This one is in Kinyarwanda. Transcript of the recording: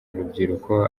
urubyiruko